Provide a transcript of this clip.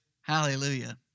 Hallelujah